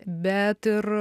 bet ir